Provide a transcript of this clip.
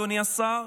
אדוני השר,